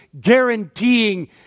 guaranteeing